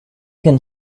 can